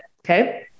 Okay